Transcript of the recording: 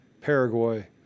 Paraguay